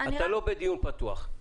אתה לא בדיון פתוח.